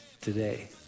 today